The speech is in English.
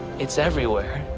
it's everywhere.